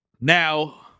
Now